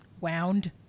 wound